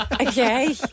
Okay